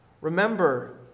remember